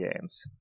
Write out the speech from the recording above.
games